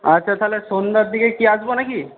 আচ্ছা তাহলে সন্ধ্যার দিকে কি আসব না কি